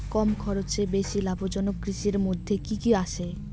কম খরচে বেশি লাভজনক কৃষির মইধ্যে কি কি আসে?